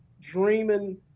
dreaming